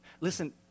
Listen